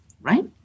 right